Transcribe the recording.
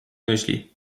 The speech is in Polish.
myśli